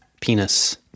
penis